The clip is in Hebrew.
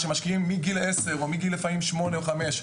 שמשקיעים מגיל עשר ולפעמים מגיל שמונה או חמש,